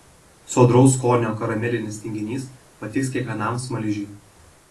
sodraus skonio karamelinis tinginys patiks kiekvienam smaližiui